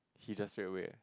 he just straight away